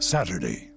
Saturday